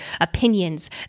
opinions